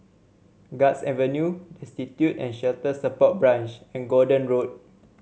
Guards Avenue Destitute and Shelter Support Branch and Gordon Road